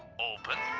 open.